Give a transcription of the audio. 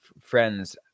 friends